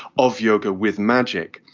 of yoga with magic.